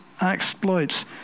exploits